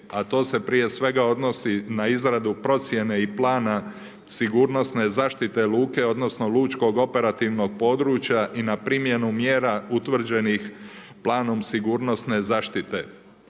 a to se prije svega odnosi na izradu procjene i plana sigurnosne zaštite luke, odnosno, lučkog operativnog područja i na primjeru mjera utvrđenih planom sigurnosne zaštite.